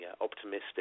optimistic